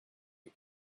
you